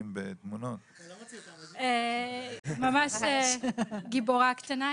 היא ממש גיבורה קטנה.